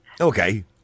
okay